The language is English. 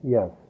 Yes